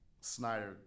Snyder